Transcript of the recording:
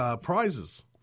Prizes